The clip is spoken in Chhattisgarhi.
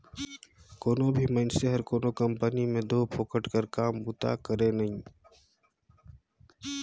कोनो भी मइनसे हर कोनो कंपनी में दो फोकट कर काम बूता करे नई